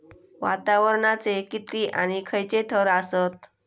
वातावरणाचे किती आणि खैयचे थर आसत?